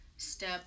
step